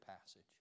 passage